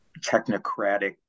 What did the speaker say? technocratic